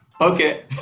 Okay